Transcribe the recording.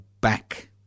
back